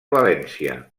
valència